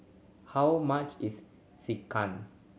how much is Sekihan